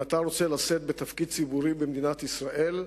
אם אתה רוצה לשאת בתפקיד ציבורי במדינת ישראל,